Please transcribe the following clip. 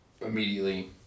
immediately